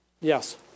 Yes